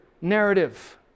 narrative